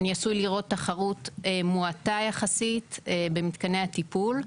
אני עשוי לראות תחרות מועטה יחסית במתקני הטיפול.